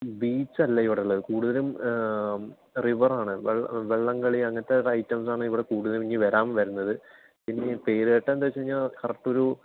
beach അല്ല ഇവിടുള്ളത് കൂടുതലും റിവർ ആണ് വള്ളം കളി അങ്ങനത്തെ ഐറ്റംസ് ആണ് ഇവിടെ കൂടുതലും ഇനി വരാൻ വരുന്നത് പിന്നെ ഈ പേരുകേട്ടത് എന്താണ് എന്ന വച്ചുകഴിഞ്ഞാൽ കറക്റ്റ് ഒരു